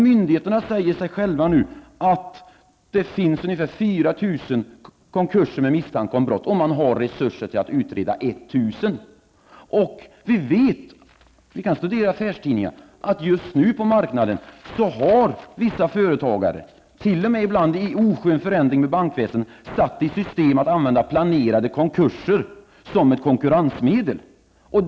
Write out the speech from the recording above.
Myndigheterna säger själva att det nu finns ungefär 4 000 konkurser med misstanke om brott och att man har resurser att utreda 1 000. Om vi studerar affärstidningarna ser vi att vissa företagare på marknaden -- t.o.m. ibland i oskön förening med bankväsendet -- har satt i system att använda planerade konkurser som ett konkurrensmedel.